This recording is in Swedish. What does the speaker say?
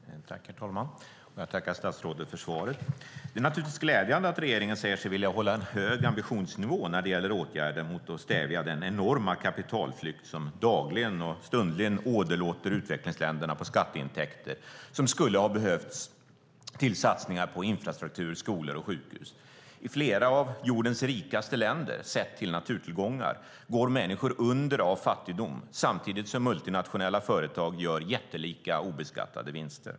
Herr talman! Jag tackar statsrådet för svaret. Det är naturligtvis glädjande att regeringen säger sig vilja hålla en hög ambitionsnivå när det gäller åtgärder för att stävja den enorma kapitalflykt som dagligen och stundligen åderlåter utvecklingsländerna på skatteintäkter som skulle ha behövts till satsningar på infrastruktur, skolor och sjukhus. I flera av jordens rikaste länder - sett till naturtillgångar - går människor under av fattigdom, samtidigt som multinationella företag gör jättelika obeskattade vinster.